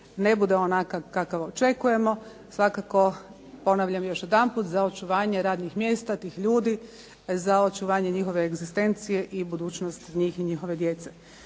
ne bude onakav kako očekujemo. Svakako ponavljam još jedanput za očuvanje radnih mjesta tih ljudi, za očuvanje njihove egzistencije i budućnost njih i njihove djece.